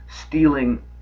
stealing